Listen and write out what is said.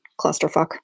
clusterfuck